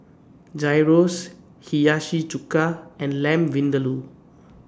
Gyros Hiyashi Chuka and Lamb Vindaloo